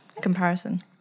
comparison